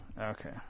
Okay